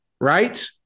Right